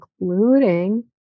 including